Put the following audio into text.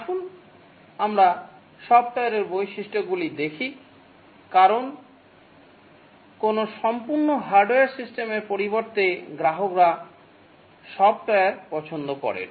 আসুন আমরা সফ্টওয়্যারের বৈশিষ্ট্যগুলি দেখি কারণ কোন সম্পূর্ণ হার্ডওয়্যার সিস্টেম এর পরিবর্তে গ্রাহকরা সফ্টওয়্যার পছন্দ করেন